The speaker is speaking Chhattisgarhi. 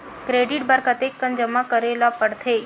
क्रेडिट बर कतेकन जमा करे ल पड़थे?